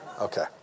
Okay